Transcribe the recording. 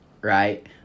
right